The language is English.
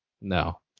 No